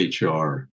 HR